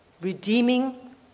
redeeming